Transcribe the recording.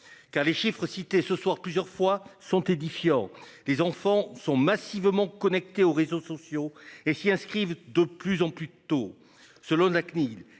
Car les chiffres cités ce soir plusieurs fois sont édifiants. Les enfants sont massivement connectés aux réseaux sociaux et s'y inscrivent de plus en plus tôt, selon la CNIL,